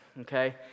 Okay